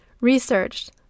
researched